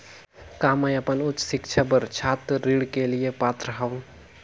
का मैं अपन उच्च शिक्षा बर छात्र ऋण के लिए पात्र हंव?